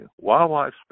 Wildlife